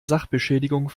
sachbeschädigung